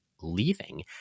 leaving